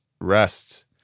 rest